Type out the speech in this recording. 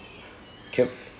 can